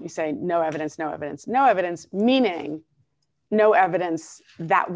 you say no evidence no evidence no evidence meaning no evidence that